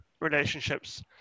relationships